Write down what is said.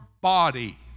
body